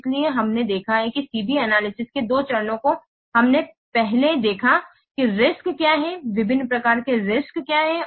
इसलिए हमने देखा है कि C B एनालिसिस के दो चरणों को हमने पहले देखा है कि रिस्क क्या है विभिन्न प्रकार के रिस्क क्या है